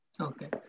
Okay